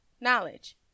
knowledge